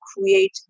create